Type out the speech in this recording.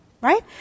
right